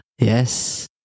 Yes